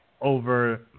over